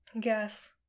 Yes